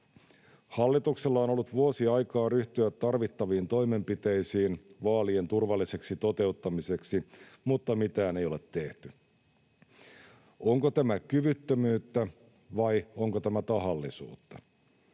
Hallituksella on ollut vuosi aikaa ryhtyä tarvittaviin toimenpiteisiin vaalien turvalliseksi toteuttamiseksi, mutta mitään ei ole tehty. Onko tämä kyvyttömyyttä, vai onko tämä tahallisuutta?